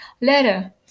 Later